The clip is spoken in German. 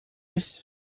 ist